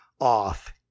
off